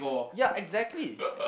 ya exactly